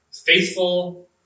faithful